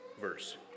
verse